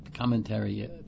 commentary